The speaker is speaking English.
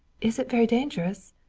is it very dangerous?